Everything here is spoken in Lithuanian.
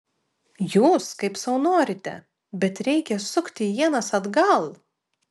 jūs kaip sau norite bet reikia sukti ienas atgal